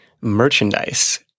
merchandise